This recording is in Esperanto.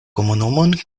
komunumon